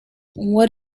what